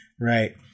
right